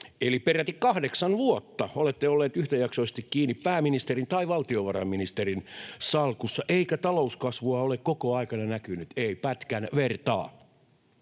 eli peräti kahdeksan vuotta, olette olleet yhtäjaksoisesti kiinni pääministerin tai valtiovarainministerin salkussa, eikä talouskasvua ole koko aikana näkynyt, ei pätkän vertaa.